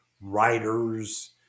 writers